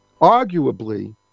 arguably